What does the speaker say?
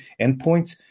endpoints